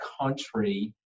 country